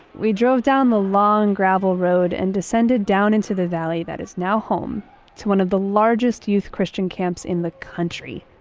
we drove down the long gravel road and descended down into the valley that is now home to one of the largest youth christian camps in the country,